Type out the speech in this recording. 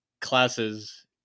classes